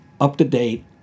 up-to-date